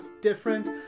different